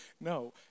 No